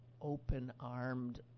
open-armed